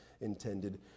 intended